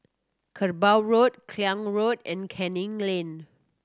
Kerbau Road Klang Road and Canning Lane